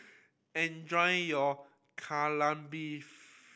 enjoy your Kai Lan Beef